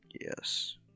Yes